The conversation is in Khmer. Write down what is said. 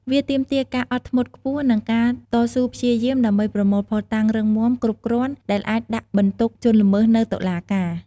វាទាមទារការអត់ធ្មត់ខ្ពស់ និងការតស៊ូព្យាយាម ដើម្បីប្រមូលភស្តុតាងរឹងមាំគ្រប់គ្រាន់ដែលអាចដាក់បន្ទុកជនល្មើសនៅតុលាការ។